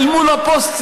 אל מול הפוסט-ציונות,